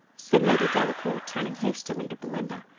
said lady delacour, turning hastily to belinda,